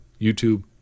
YouTube